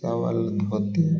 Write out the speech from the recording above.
towel dhoti